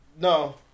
No